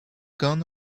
gone